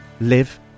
live